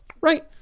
Right